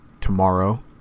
tomorrow